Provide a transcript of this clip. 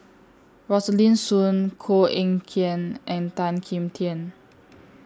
Rosaline Soon Koh Eng Kian and Tan Kim Tian